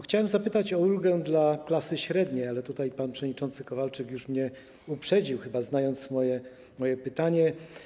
Chciałem zapytać o ulgę dla klasy średniej, ale pan przewodniczący Kowalczyk już mnie uprzedził, chyba znając moje pytanie.